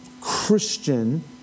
Christian